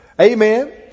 Amen